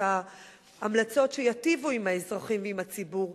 ההמלצות שייטיבו עם האזרחים ועם הציבור,